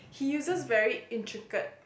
he uses very intricate